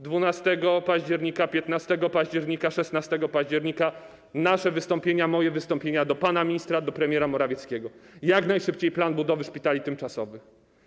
12 października, 15 października, 16 października nasze wystąpienia, moje wystąpienia do pana ministra, do premiera Morawieckiego: jak najszybciej plan budowy szpitali tymczasowych.